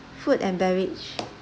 food and beverage